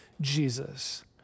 Jesus